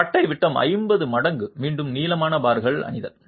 பட்டை விட்டம் 50 மடங்கு மீண்டும் நீளமான பார்கள் அணிதல்